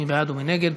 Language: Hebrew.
מי בעד ומי נגד?